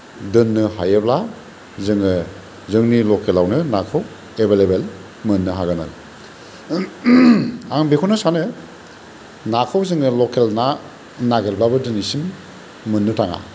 दोननो हायोब्ला जोङो जोंनि लकेलावनो नाखौ एभेलेबोल मोननो हागोन आरो आं बेखौनो सानो नाखौ जोङो लकेल ना नागिरब्लाबो दिनैसिम मोननो थाङा